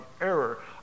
error